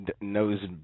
knows